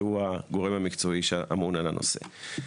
שהוא הגורם המקצועי שאמון על הנושא.